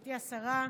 גברתי השרה,